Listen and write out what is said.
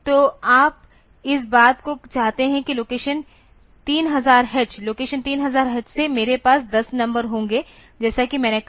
तो आप इस बात को चाहते हैं कि लोकेशन 3000 h लोकेशन 3000 h से मेरे पास 10 नंबर होंगे जैसा कि मैंने कहा